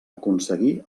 aconseguir